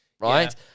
Right